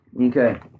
Okay